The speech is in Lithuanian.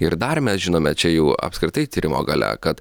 ir dar mes žinome čia jau apskritai tyrimo gale kad